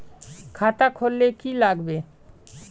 खाता खोल ले की लागबे?